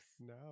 No